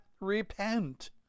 repent